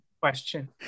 question